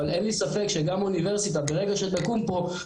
אבל אין לי ספק שגם אוניברסיטה ברגע שתקום פה,